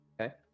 Okay